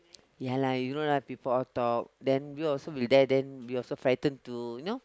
ya lah you know lah people all talk then you also will there then we also frightened to you know